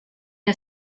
que